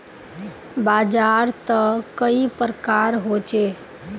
बाजार त कई प्रकार होचे?